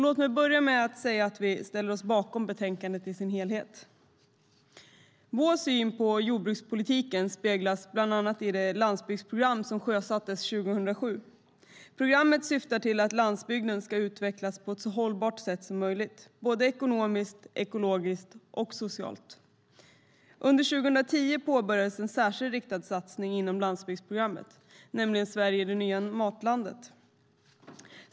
Låt mig börja med att säga att vi ställer oss bakom betänkandet i dess helhet. Vår syn på jordbrukspolitiken speglas bland annat i det landsbygdsprogram som sjösattes år 2007. Programmet syftar till att landsbygden ska utvecklas på ett så hållbart sätt som möjligt - ekonomiskt, ekologiskt och socialt. Under 2010 påbörjades en särskild riktad satsning inom landsbygdsprogrammet, nämligen Sverige - det nya matlandet.